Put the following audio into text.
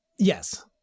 Yes